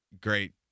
great